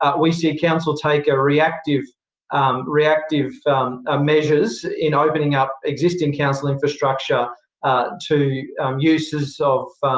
ah we see council take and reactive um reactive ah measures in opening up existing council infrastructure to uses of,